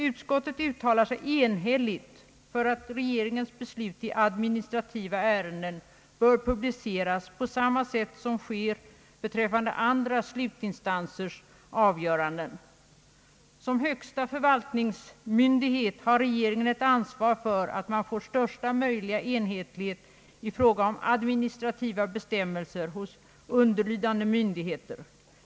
Utskottet uttalar sig enhälligt för att regeringens beslut i administrativa ärenden bör publiceras på samma sätt som sker beträffande andra slutinstansers avgöranden. Som högsta förvaltningsmyndighet har regeringen ett ansvar för att man får största möjliga enhetlighet i fråga om administrativa bestämmelser hos underlydande myndigheter.